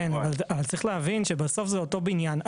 כן, אבל צריך להבין שבסוף זה אותו בניין.